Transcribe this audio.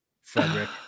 Frederick